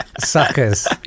suckers